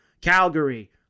Calgary